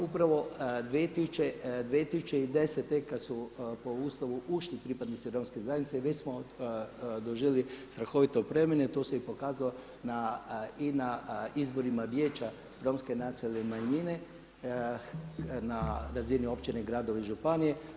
Upravo 2010. kad su po Ustavu ušli pripadnici romske zajednice već smo doživjeli strahovite promjene, to se pokazalo i na izborima Vijeća romske nacionalne manjine na razini općina, gradova i županija.